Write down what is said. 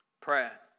Prayer